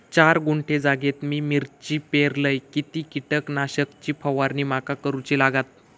चार गुंठे जागेत मी मिरची पेरलय किती कीटक नाशक ची फवारणी माका करूची लागात?